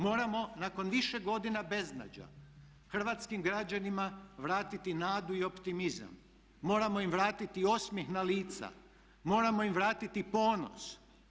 Moramo nakon više godina beznađa hrvatskim građanima vratiti nadu i optimizam, moramo im vratiti osmijeh na lica, moramo im vratiti ponos.